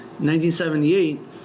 1978